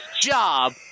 job